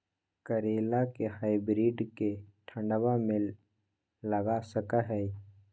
करेला के हाइब्रिड के ठंडवा मे लगा सकय हैय?